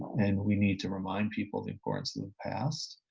and we need to remind people the importance of the past.